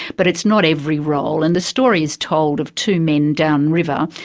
but it's not every role, and the story is told of two men downriver,